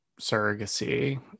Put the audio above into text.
surrogacy